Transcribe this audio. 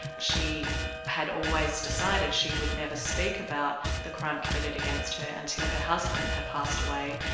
she had always decided she would never speak about the crime committed against her until her husband had passed away.